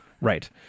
Right